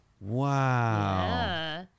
Wow